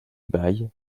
bail